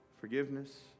forgiveness